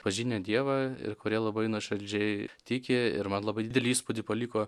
pažinę dievą ir kurie labai nuoširdžiai tiki ir man labai didelį įspūdį paliko